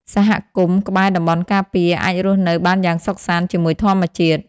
សហគមន៍ក្បែរតំបន់ការពារ អាចរស់នៅបានយ៉ាងសុខសាន្តជាមួយធម្មជាតិ។